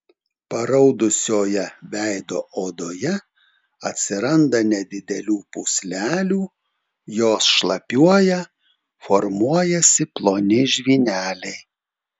paraudusioje veido odoje atsiranda nedidelių pūslelių jos šlapiuoja formuojasi ploni žvyneliai